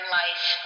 life